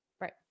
Right